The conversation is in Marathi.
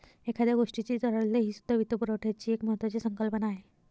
एखाद्या गोष्टीची तरलता हीसुद्धा वित्तपुरवठ्याची एक महत्त्वाची संकल्पना आहे